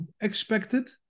expected